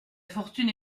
fortune